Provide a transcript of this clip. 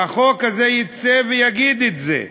והחוק הזה יצא ויגיד את זה: